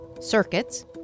circuits